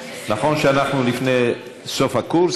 נכון שאנחנו לפני סוף הקורס,